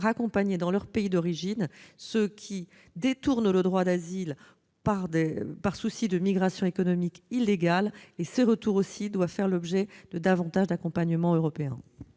raccompagner dans leur pays d'origine ceux qui détournent le droit d'asile par souci de migration économique illégale. Ces retours aussi doivent faire l'objet de davantage d'accompagnement européen.